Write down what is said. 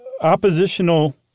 oppositional